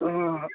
ಹ್ಞೂ